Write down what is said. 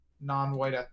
non-white